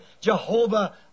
Jehovah